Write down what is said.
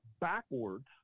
backwards